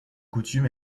coutumes